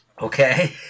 Okay